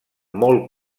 molt